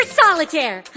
solitaire